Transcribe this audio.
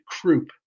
croup